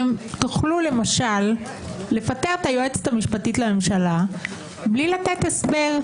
אתם תוכלו למשל לפטר את היועצת המשפטית לממשלה בלי לתת הסבר,